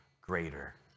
greater